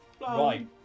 Right